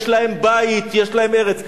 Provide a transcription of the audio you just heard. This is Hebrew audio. יש להם בית, יש להם ארץ.